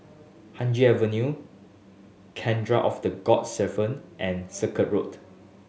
Haig Avenue Cathedral of the Good Shepherd and Circuit Road